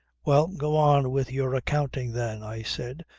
well go on with your accounting then, i said,